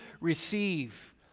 receive